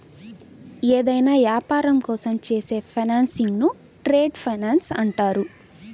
ఏదైనా యాపారం కోసం చేసే ఫైనాన్సింగ్ను ట్రేడ్ ఫైనాన్స్ అంటారు